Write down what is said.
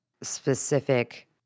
specific